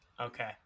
Okay